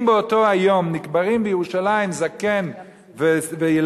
אם באותו היום נקברים בירושלים זקן וילדים,